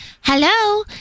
hello